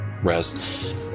rest